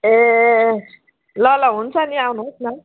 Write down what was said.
ए ल ल हुन्छ नि आउनुहोस् न